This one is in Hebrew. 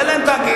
תן להם תאגיד.